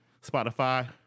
Spotify